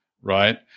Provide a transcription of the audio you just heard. right